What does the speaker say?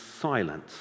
silent